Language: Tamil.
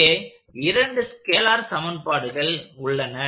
இங்கே இரண்டு ஸ்கேலார் சமன்பாடுகள் உள்ளன